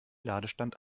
ladestand